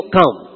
come